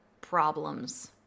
problems